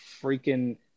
freaking